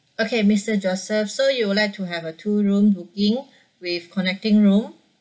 okay mister joseph so you would like to have a two room booking with connecting room